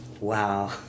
Wow